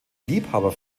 liebhaber